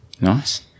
Nice